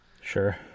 sure